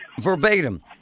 verbatim